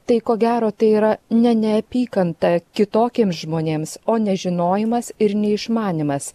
tai ko gero tai yra ne neapykanta kitokiems žmonėms o nežinojimas ir neišmanymas